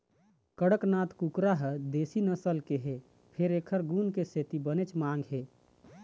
कड़कनाथ कुकरा ह देशी नसल के हे फेर एखर गुन के सेती बनेच मांग हे